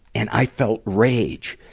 and i felt rage.